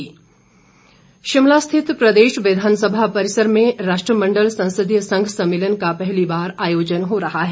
संसदीय संघ शिमला स्थित प्रदेश विधानसभा परिसर में राष्ट्रमंडल संसदीय संघ सम्मेलन का पहली बार आयोजन हो रहा है